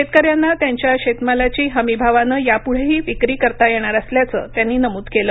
शेतकऱ्यांना त्यांच्या शेतमालाची हमी भावानं यापुढेही विक्री करता येणार असल्याचं त्यांनी नमूद केलं